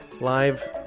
live